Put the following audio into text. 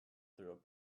through